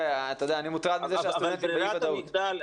שר ההשכלה הגבוהה והמשלימה,